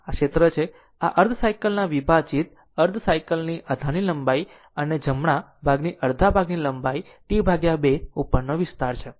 તેથી આ તે ક્ષેત્ર છે આ અર્ધ સાયકલ ના વિભાજિત અર્ધ સાયકલ ના આધારની લંબાઈ અને આ જમણા ભાગની અડધા ભાગની આ લંબાઈ T 2 ઉપરનો વિસ્તાર છે